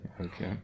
Okay